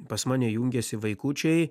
pas mane jungiasi vaikučiai